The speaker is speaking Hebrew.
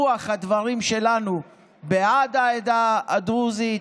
רוח הדברים שלנו היא בעד העדה הדרוזית,